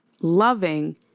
loving